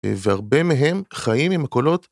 והרבה מהם חיים עם הקולות.